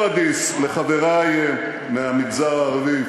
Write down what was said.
פוריידיס, לחברי מהמגזר הערבי,